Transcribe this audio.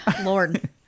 Lord